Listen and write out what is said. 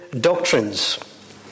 doctrines